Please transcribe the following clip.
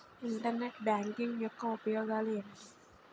Internet banking యెక్క ఉపయోగాలు ఎంటి?